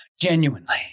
Genuinely